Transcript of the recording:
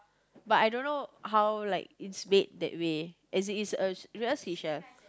but I dunno how like it's made that way as it is a real seashell